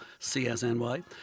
CSNY